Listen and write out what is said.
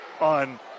on